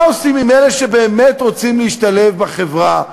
מה עושים עם אלה שבאמת רוצים להשתלב בחברה,